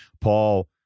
Paul